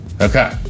Okay